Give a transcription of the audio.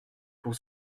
pour